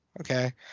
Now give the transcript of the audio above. okay